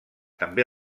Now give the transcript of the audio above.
també